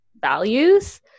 values